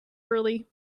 early